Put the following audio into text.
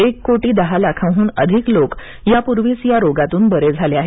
एक कोटी दहा लाखांहून अधिक लोक यापूर्वीच या रोगातून बरे झाले आहेत